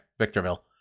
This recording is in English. Victorville